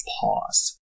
pause